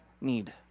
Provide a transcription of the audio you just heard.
need